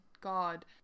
God